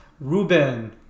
Ruben